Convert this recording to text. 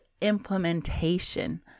implementation